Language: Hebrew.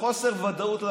בחוסר ודאות,